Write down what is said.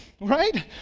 right